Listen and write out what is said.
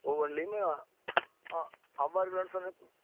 ஒவ்வொன்றியுமே அவ்வாறு கிலோ சொன்னப்போ